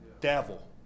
devil